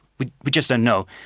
we we just don't know.